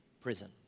prison